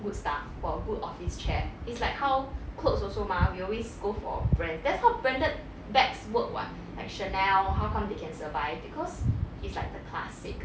good stuff for good office chair it's like how clothes also mah we always go for brand that's how branded bags work what like chanel how come they can survive because it's like the classic